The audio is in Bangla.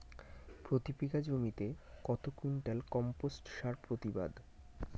প্রতি বিঘা জমিতে কত কুইন্টাল কম্পোস্ট সার প্রতিবাদ?